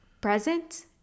present